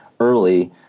early